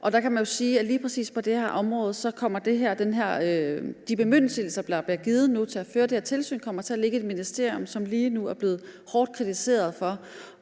Der kan man jo sige, at lige præcis på det her område kommer de bemyndigelser, der nu bliver givet til at føre det her tilsyn, til at ligge i et ministerium, som lige nu er blevet hårdt kritiseret for